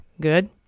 Good